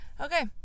Okay